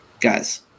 guys